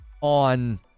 on